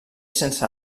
sense